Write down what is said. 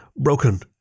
Broken